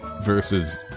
versus